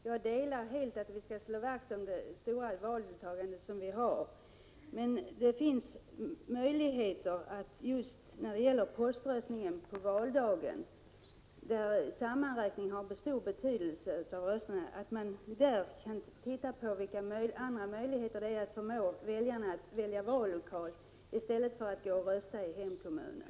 Herr talman! Jag delar helt uppfattningen att vi skall slå vakt om det stora valdeltagande vi har i Sverige. Det finns vissa möjligheter när det gäller poströstning på valdagen — sammanräkningen av rösterna har stor betydelse — att undersöka hur man kan förmå väljarna att gå till vallokalen i stället för att gå till posten i hemkommunen.